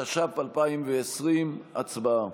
התש"ף 2020. הצבעה